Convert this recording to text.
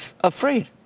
afraid